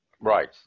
Right